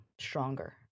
stronger